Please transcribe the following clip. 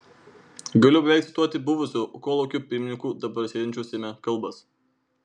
galiu beveik cituoti buvusių kolūkio pirmininkų dabar sėdinčių seime kalbas